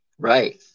Right